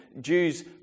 Jews